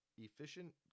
efficient